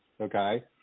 okay